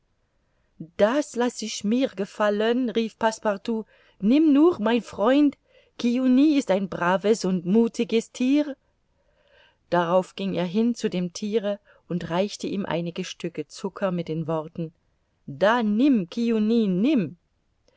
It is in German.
das laß ich mir gefallen rief passepartout nimm nur mein freund kiuni ist ein braves und muthiges thier darauf ging er hin zu dem thiere und reichte ihm einige stücke zucker mit den worten da nimm kiuni nimm